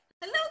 Hello